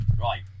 Right